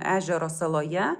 ežero saloje